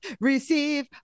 receive